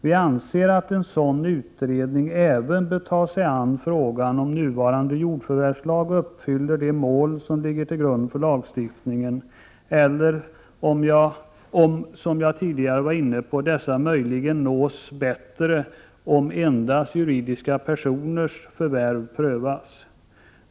Vi anser att en sådan utredning även bör ta sig an frågan om nuvarande jordförvärvslag uppfyller de mål som ligger till grund för lagstiftningen eller om, som jag tidigare var inne på, dessa möjligen nås bättre om endast juridiska personers förvärv prövas.